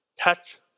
Touch